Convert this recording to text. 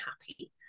happy